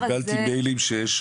קיבלתי מיילים שיש